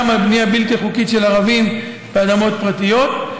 על בנייה בלתי חוקית של ערבים באדמות פרטיות.